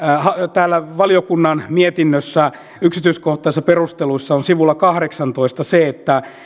täällä valiokunnan mietinnössä yksityiskohtaisissa perusteluissa on sivulla kahdeksantoista se että